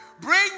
Bring